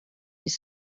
his